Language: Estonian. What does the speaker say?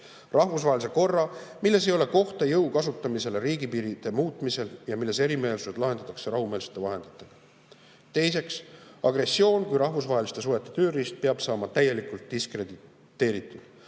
rahvusvahelise korra, milles ei ole kohta jõu kasutamisele riigipiiride muutmisel ja milles erimeelsused lahendatakse rahumeelsete vahenditega. Teiseks, agressioon kui rahvusvaheliste suhete tööriist peab saama täielikult diskrediteeritud.